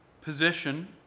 position